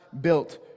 built